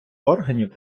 органів